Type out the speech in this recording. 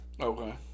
Okay